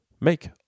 make